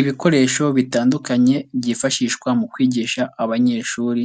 Ibikoresho bitandukanye byifashishwa mu kwigisha abanyeshuri,